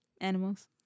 Animals